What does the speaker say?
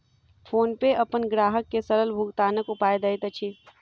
PhonePe अपन ग्राहक के सरल भुगतानक उपाय दैत अछि